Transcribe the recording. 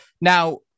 Now